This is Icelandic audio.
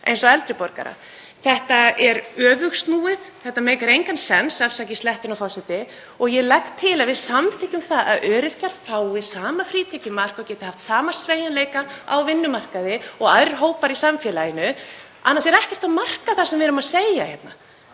eins og eldri borgara. Þetta er öfugsnúið, þetta meikar engan sens, afsakið slettuna, forseti. Ég legg til að við samþykkjum að öryrkjar fái sama frítekjumark og geti haft sama sveigjanleika á vinnumarkaði og aðrir hópar í samfélaginu. Annars er ekkert að marka það sem við erum að segja hérna.